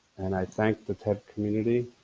and i thank the ted community,